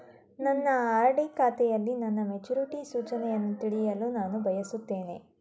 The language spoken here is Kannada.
ನನ್ನ ಆರ್.ಡಿ ಖಾತೆಯಲ್ಲಿ ನನ್ನ ಮೆಚುರಿಟಿ ಸೂಚನೆಯನ್ನು ತಿಳಿಯಲು ನಾನು ಬಯಸುತ್ತೇನೆ